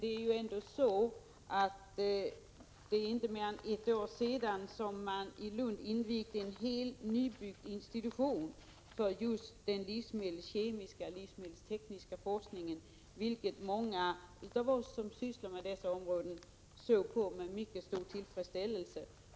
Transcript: Men så sent som för ett år sedan invigdes ju i Lund en helt nybyggd institution för just den livsmedelskemiska och livsmedelstekniska forskningen. Många av oss som sysslar med frågor på detta område hälsade detta med mycket stor tillfredsställelse.